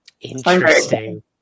Interesting